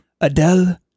Adele